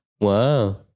wow